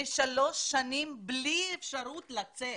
זה לשלוש שנים בלי אפשרות לצאת.